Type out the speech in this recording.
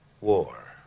War